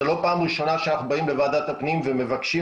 זה לא פעם ראשונה שאנחנו באים לוועדת הפנים ומבקשים